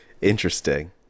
Interesting